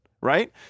Right